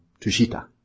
Tushita